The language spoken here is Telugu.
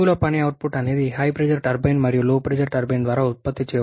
స్థూల పని అవుట్పుట్ అనేది HP టర్బైన్ మరియు LP టర్బైన్ ద్వారా ఉత్పత్తి చేయబడిన పని